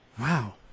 wow